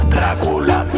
Dracula